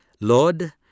Lord